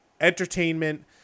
entertainment